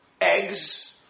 eggs